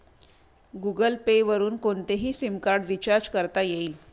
Google Pay वरुन कोणतेही SIM card recharge करता येईल